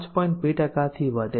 2થી વધે છે